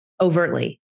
Overtly